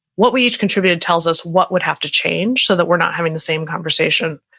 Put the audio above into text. what we each contribute tells us what would have to change so that we're not having the same conversation,